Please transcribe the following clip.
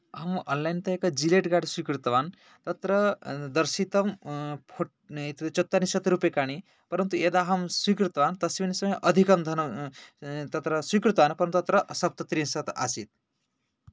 अहम् आन्लैन् तः एक जिलेट् गार्ड् स्वीकृतवान् तत्र दर्शितं फुट् एतद् चत्वारिंशत् रूपकाणि परन्तु यदा अहं स्वीकृतवान् तस्मिन् समये अधिकं धनं तत्र स्वीकृतवान् परन्तु तत्र सप्तत्रिंशत् आसीत्